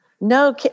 No